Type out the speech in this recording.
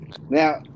Now